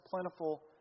plentiful